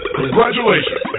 congratulations